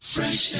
Fresh